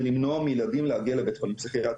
למנוע מילדים להגיע לבית חולים פסיכיאטרי.